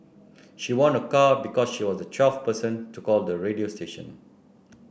she won a car because she was the twelfth person to call the radio station